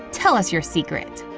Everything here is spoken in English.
tell us your secret!